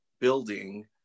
building